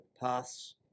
paths